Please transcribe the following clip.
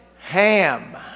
Ham